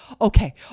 okay